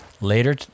Later